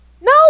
No